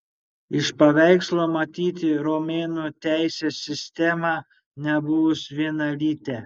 iš paveikslo matyti romėnų teisės sistemą nebuvus vienalytę